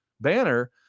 Banner